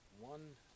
one